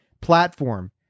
platform